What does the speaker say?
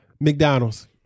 McDonald's